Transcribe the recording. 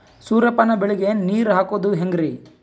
ಸೂರ್ಯಪಾನ ಬೆಳಿಗ ನೀರ್ ಹಾಕೋದ ಹೆಂಗರಿ?